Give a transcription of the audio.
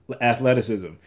athleticism